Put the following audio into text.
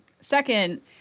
Second